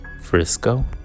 Frisco